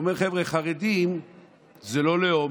הוא אומר: חבר'ה, חרדים זה לא לאום,